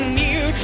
new